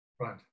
Right